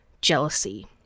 jealousy